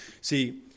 See